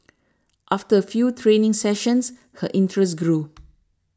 after a few training sessions her interest grew